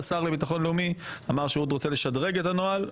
השר לביטחון לאומי אמר שהוא רוצה לשדרג את הנוהל.